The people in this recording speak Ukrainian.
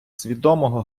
свідомого